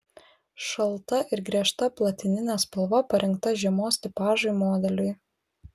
šalta ir griežta platininė spalva parinkta žiemos tipažui modeliui